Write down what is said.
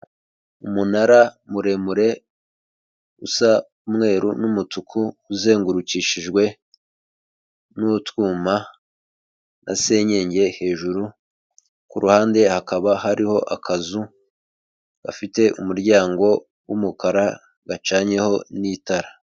Umunara muremure usa umweru n'umutuku, uzengurukishijwe n'utwuma na senyenge hejuru, ku ruhande hakaba hariho akazu gafite umuryango w'umukara gacanyeho n'itara.